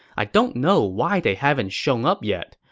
i don't know why they haven't shown up yet,